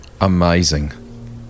Amazing